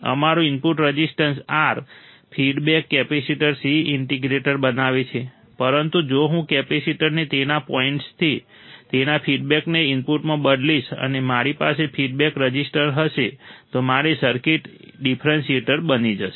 અમારું input resistance R feedback capacitor C integrator બનાવે છે પરંતુ જો હું કેપેસિટરને તેના પોઇન્ટથી તેના ફીડબેકને ઇનપુટમાં બદલીશ અને મારી પાસે ફીડબેક રઝિસ્ટર હશે તો મારી સર્કિટ ડિફરન્સિએટર બની જશે